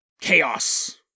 chaos